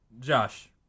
Josh